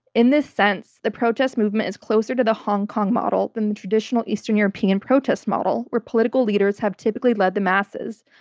in this sense, the protest movement is closer to the hong kong model than the traditional eastern european protest model, where political leaders have typically led the masses.